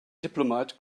diplomat